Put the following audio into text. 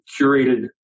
curated